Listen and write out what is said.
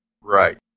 Right